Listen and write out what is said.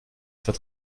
zwar